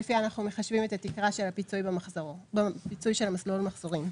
שלפיה אנחנו מחשבים את התקרה של הפיצוי של מסלול המחזורים.